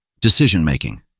Decision-Making